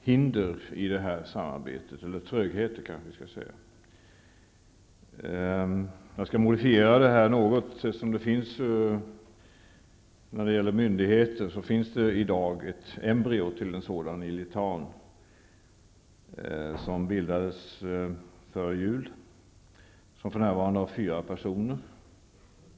hinder, eller en tröghet, i samarbetet. Jag skall modifiera det något. När det gäller myndigheter finns det i dag ett embryo till en sådan i Litauen som bildades före jul. Där finns för närvarande fyra personer.